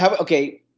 Okay